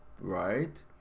right